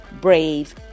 brave